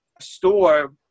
store